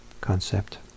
concept